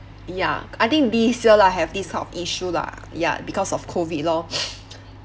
ya I think this year lah have this kind of issue lah ya because of COVID lor